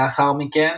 לאחר מכן,